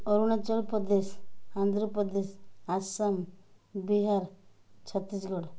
Arunachal Pradesh Andhra Pradesh Assam Bihar Chhattisgarh